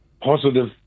positive